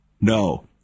No